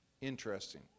Interesting